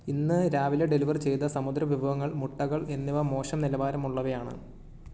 ഇന്ന് രാവിലെ ഡെലിവർ ചെയ്ത സമുദ്രവിഭവങ്ങൾ മുട്ടകൾ എന്നിവ മോശം നിലവാരം ഉള്ളവയാണ്